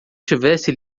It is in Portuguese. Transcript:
tivesse